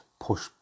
push